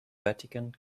vatican